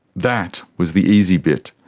that was the easy bit.